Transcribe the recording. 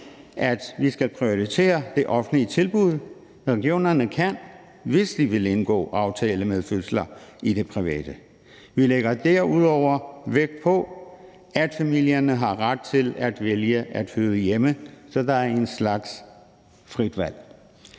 at vi skal prioritere det offentlige tilbud. Regionerne kan, hvis de vil, indgå aftale om fødsler i det private. Vi lægger derudover vægt på, at familierne har ret til at vælge at føde hjemme, så der er en slags frit valg.